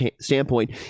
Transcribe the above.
standpoint